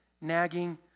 nagging